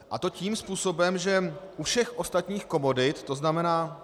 A tím způsobem, že u všech ostatních komodit, to znamená...